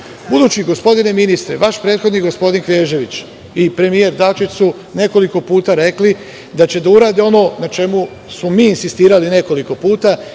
gospodine ministre, vaš prethodnik, gospodin Knežević i premijer Dačić su nekoliko puta rekli da će da urade ono na čemu smo mi insistirali nekoliko puta,